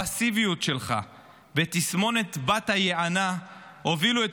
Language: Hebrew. הפסיביות שלך ותסמונת בת היענה הובילו את